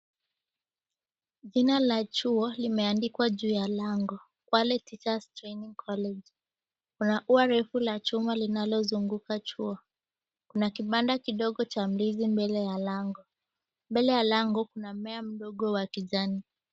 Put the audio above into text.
Jina la chuo limeandikwa juu ya lango .Kwale teachers training college .Kuna ua refu la chuma linalozunguka chuo. Kuna kibanda kidogo ya ndizi mbele ya lango. Mbele ya lango kuna mmea kidogo wa kijani.